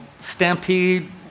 stampede